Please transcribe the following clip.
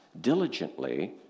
diligently